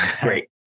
Great